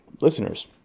listeners